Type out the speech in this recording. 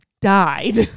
died